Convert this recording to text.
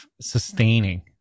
sustaining